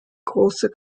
große